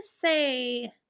say